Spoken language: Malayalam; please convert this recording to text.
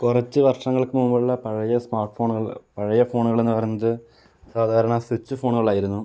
കുറച്ച് വർഷങ്ങൾക്കു മുമ്പുള്ള പഴയ സ്മാർട്ട് ഫോണുകൾ പഴയ ഫോണുകളെന്ന് പറഞ്ഞാൽ സാധാരണ സ്വിച്ച് ഫോണുകളായിരുന്നു